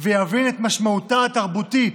ויבין את משמעותה התרבותית,